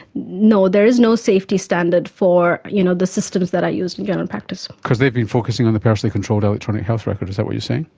no, there is no safety standard for you know the systems that are used in general practice. because they've been focusing on the personally controlled electronic health record, is that what you're saying?